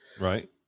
right